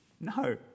No